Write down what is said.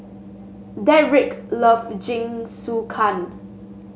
Dedrick love Jingisukan